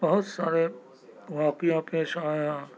بہت سارے واقعہ پیش آیا